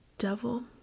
Devil